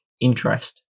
interest